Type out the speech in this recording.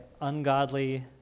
ungodly